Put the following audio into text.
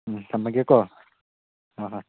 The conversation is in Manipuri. ꯎꯝ ꯊꯝꯂꯒꯦꯀꯣ ꯍꯣꯏ ꯍꯣꯏ